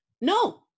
No